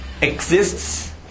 exists